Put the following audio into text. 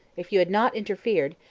if you had not interfered,